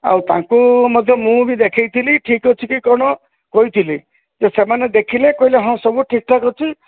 ଆଉ ତାଙ୍କୁ ମଧ୍ୟ ମୁଁ ବି ଦେଖେଇଥିଲି ଠିକ ଅଛି କି କ'ଣ କହିଥିଲି ସେମାନେ ଦେଖିଲେ କହିଲେ ହଁ ସବୁ ଠିକ୍ ଠାକ୍ ଅଛି